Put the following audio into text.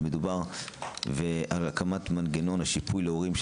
מדובר על הקמת מנגנון השיפוי להורים,